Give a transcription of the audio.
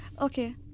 okay